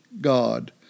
God